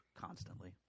constantly